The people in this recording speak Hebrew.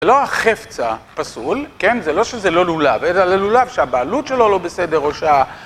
זה לא החפצא פסול, כן? זה לא שזה לא לולב. אלא זה לולב שהבעלות שלו לא בסדר או שה...